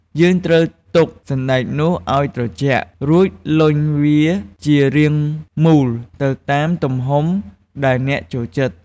យើងត្រូវទុកសណ្ដែកនោះឲ្យត្រជាក់ រួចលុញវាជារាងមូល ទៅតាមទំហំដែលអ្នកចូលចិត្ត។